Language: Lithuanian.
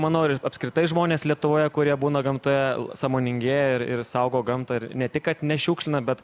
manau ir apskritai žmonės lietuvoje kurie būna gamtoje sąmoningėja ir ir saugo gamtą ir ne tik kad nešiukšlina bet